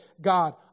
God